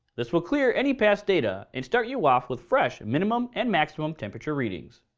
this will clear any past data, and start you off with fresh minimum and maximum temperature readings.